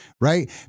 right